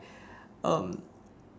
um